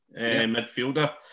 midfielder